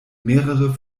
mehrere